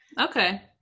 Okay